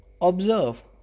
observe